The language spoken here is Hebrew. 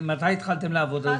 שהגדרת?